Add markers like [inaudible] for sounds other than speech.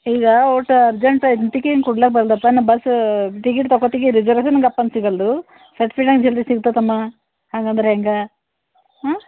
ಈಗಾ ಒಟ್ಟು ಅರ್ಜೆಂಟ್ ಐದು ಟಿಕೀನ್ ಕೊಡ್ಲಕೆ ಬೇಡ್ನಪ್ಪ ನಾ ಬರ್ಸ್ ಟಿಕೀಟ್ ತಕೋತಿಗೆ ರಿಸರ್ವ್ ಇದ್ದರೆ ನಮ್ಗಪ್ ಅಂತ ಸಿಗಲ್ಲದು [unintelligible] ಸಿಗ್ತದೆ ತಮ್ಮ ಹಂಗಂದ್ರೆ ಹೇಗಾ ಹಾಂ